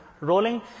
Rolling